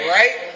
right